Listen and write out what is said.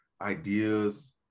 ideas